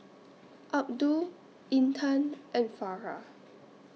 Abdul Intan and Farah